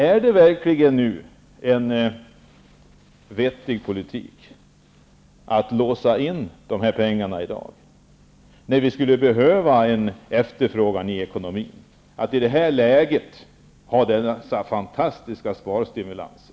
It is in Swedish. Är det verkligen en vettig politik att låsa in de här pengarna i dag, när vi skulle behöva en efterfrågan i ekonomin? Skall man då ge dessa fantastiska sparstimulanser?